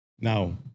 Now